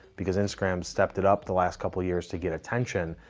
because instagram stepped it up the last couple of years to get attention.